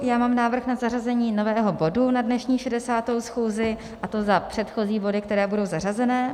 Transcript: Já mám návrh na zařazení nového bodu na dnešní 60. schůzi, a to za předchozí body, které budou zařazené.